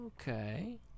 okay